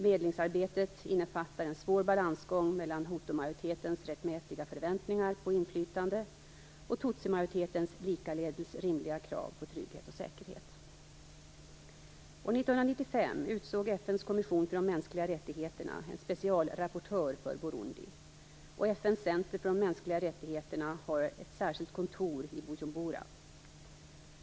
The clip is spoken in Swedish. Medlingsarbetet innefattar en svår balansgång mellan hutumajoritetens rättmätiga förväntningar på inflytande och tutsiminoritetens likaledes rimliga krav på trygghet och säkerhet. År 1995 utsåg FN:s kommission för de mänskliga rättigheterna en specialrapportör för Burundi, och FN:s center för de mänskliga rättigheterna har ett särskilt kontor i Bujumbura.